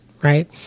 right